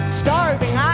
starving